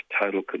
total